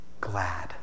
glad